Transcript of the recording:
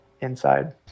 Inside